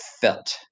felt